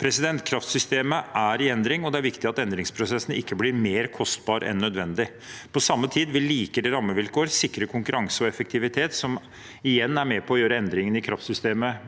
forslaget. Kraftsystemet er i endring, og det er viktig at endringsprosessene ikke blir mer kostbare enn nødvendig. På samme tid vil likere rammevilkår sikre konkurranse og effektivitet, noe som igjen er med på å gjøre endringene i kraftsystemet